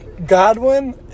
Godwin